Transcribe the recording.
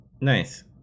Nice